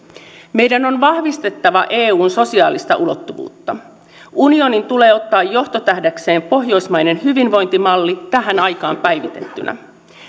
meidän on vahvistettava eun sosiaalista ulottuvuutta unionin tulee ottaa johtotähdekseen pohjoismainen hyvinvointimalli tähän aikaan päivitettynä